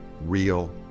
real